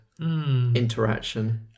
interaction